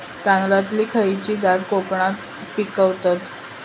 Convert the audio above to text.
तांदलतली खयची जात कोकणात पिकवतत?